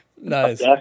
Nice